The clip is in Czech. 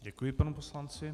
Děkuji panu poslanci.